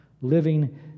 living